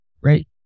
right